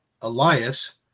Elias